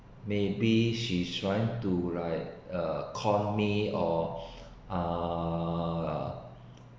maybe she trying to like uh con me or err